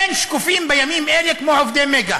אין שקופים בימים אלה כמו עובדי "מגה".